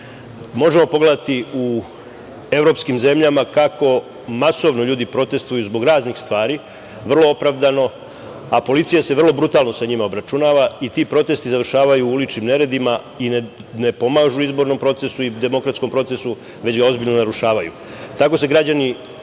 pogledati u evropskim zemljama kako masovno ljudi protestuju zbog raznih stvari, vrlo opravdano, a policija se vrlo brutalno sa njima obračunava i ti protesti završavaju uličnim neredima i ne pomažu izbornom i demokratskom procesu, već ih ozbiljno narušavaju. Tako se građani